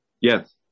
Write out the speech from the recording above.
Yes